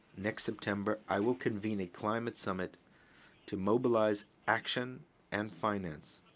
next september, i will convene a climate summit to mobilize action and finance.